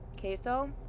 Queso